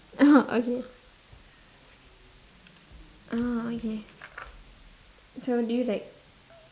orh okay orh okay so do you like